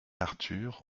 arthur